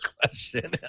question